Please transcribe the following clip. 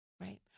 right